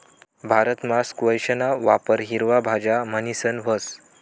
भारतमा स्क्वैशना वापर हिरवा भाज्या म्हणीसन व्हस